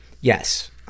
Yes